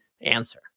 answer